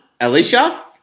Alicia